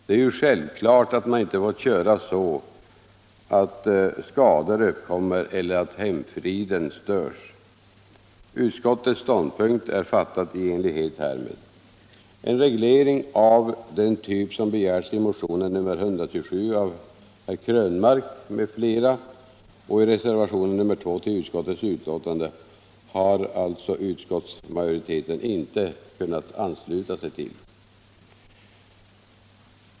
Det är ju självklart att man inte får köra så att skador uppkommer eller att hemfriden störs. Utskottets ståndpunkt är fattat i enlighet härmed. En reglering av den typ som begärts i motionen 1975/76:127 av herr Krönmark m.fl. och i reservationen 2 till utskottets utlåtande har utskottsmajoriteten inte kunnat ansluta sig till.